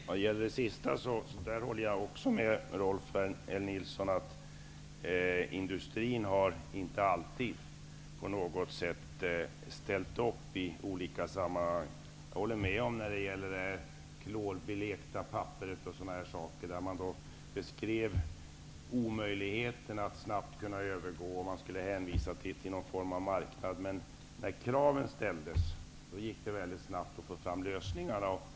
Herr talman! När det gäller det sista håller jag med Rolf L Nilson om att industrin inte alltid har ställt upp i olika sammanhang. Jag håller med i fråga om det klorblekta papperet, där man beskrev omöjligheten att snabbt kunna övergå och man hänvisade till någon form av marknad. Men när kraven ställdes gick det väldigt snabbt att få fram lösningar.